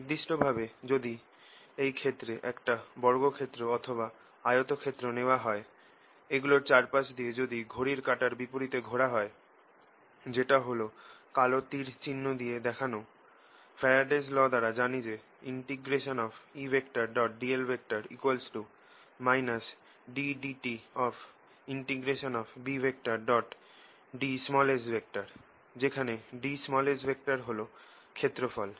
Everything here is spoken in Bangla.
নির্দিষ্টভাবে এই ক্ষেত্রে যদি একটা বর্গক্ষেত্র অথবা একটা আয়তক্ষেত্র নেওয়া হয় এগুলোর চারপাশ দিয়ে যদি ঘড়ির কাটার বিপরিতে ঘোরা হয় যেটা এই কালো তীর চিহ্ন দিয়ে দেখানো ফ্যারাডেস ল দ্বারা জানি যে Edl ddtBds যেখানে ds হল ক্ষেত্রফল